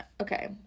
Okay